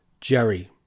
Jerry